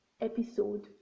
episode